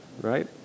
right